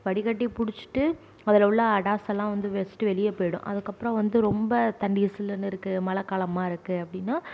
வடிகட்டி பிடிச்சிட்டு அதில் உள்ள அடாசைல்லாம் வந்து ஃபர்ஸ்ட்டு வெளியே போய்விடும் அதுக்கப்புறம் வந்து ரொம்ப தண்ணி சில்லுனு இருக்குது மழை காலமாக இருக்குது அப்படின்னா